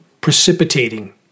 precipitating